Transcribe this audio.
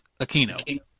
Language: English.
Aquino